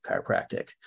chiropractic